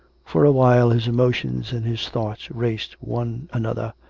for a while his emotions and his thoughts raced one another,